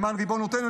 למען ריבונותנו,